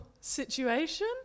situation